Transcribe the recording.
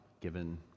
given